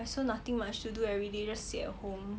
I also nothing much to do everyday just sit at home